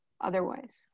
otherwise